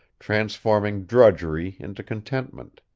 transforming drudgery into contentment.